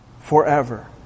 forever